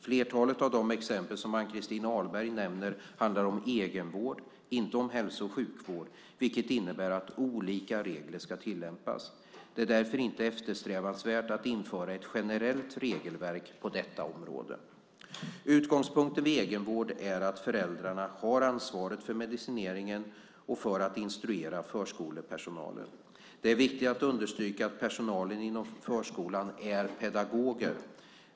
Flertalet av de exempel som Ann-Christin Ahlberg nämner handlar om egenvård, inte om hälso och sjukvård, vilket innebär att olika regler ska tillämpas. Det är därför inte eftersträvansvärt att införa ett generellt regelverk på detta område. Utgångspunkten vid egenvård är att föräldrarna har ansvaret för medicineringen och för att instruera förskolepersonalen. Det är viktigt att understryka att personalen inom förskolan är pedagoger.